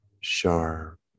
sharp